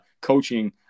coaching